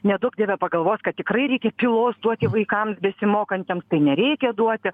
neduok dieve pagalvos kad tikrai reikia duoti pylos vaikams besimokantiems tai nereikia duoti